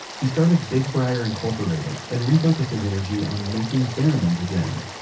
he started big briar incorporated and refocused his energy on making theremins again.